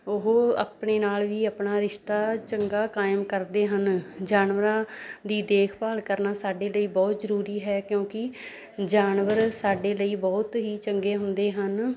ਉਹ ਆਪਣੇ ਨਾਲ ਵੀ ਆਪਣਾ ਰਿਸ਼ਤਾ ਚੰਗਾ ਕਾਇਮ ਕਰਦੇ ਹਨ ਜਾਨਵਰਾਂ ਦੀ ਦੇਖਭਾਲ ਕਰਨਾ ਸਾਡੇ ਲਈ ਬਹੁਤ ਜ਼ਰੂਰੀ ਹੈ ਕਿਉਂਕਿ ਜਾਨਵਰ ਸਾਡੇ ਲਈ ਬਹੁਤ ਹੀ ਚੰਗੇ ਹੁੰਦੇ ਹਨ